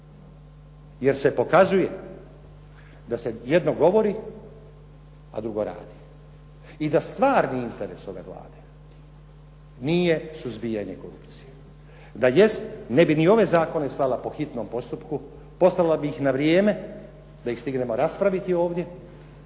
Jer se pokazuje da se jedno govori, a drugo radi i da stvarni interes ove Vlade nije suzbijanje korupcije. Da jest, ne bi ni ove zakone slala po hitnom postupku, poslala bi ih na vrijeme da ih stignemo raspraviti ovdje